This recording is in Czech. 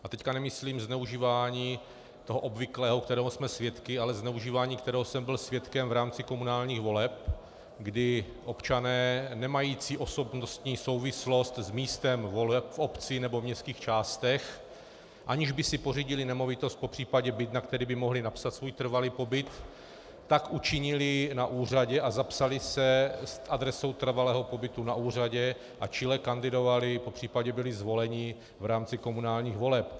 A teď nemyslím zneužívání obvyklé, kterého jsme svědky, ale zneužívání, kterého jsem byl svědkem v rámci komunálních voleb, kdy občané nemající osobnostní souvislost s místem voleb v obci nebo v městských částech, aniž by si pořídili nemovitost, popřípadě byt, na který by mohli napsat svůj trvalý pobyt, tak učinili na úřadě a zapsali se s adresou trvalého pobytu na úřadě a čile kandidovali, popřípadě byli zvoleni v rámci komunálních voleb.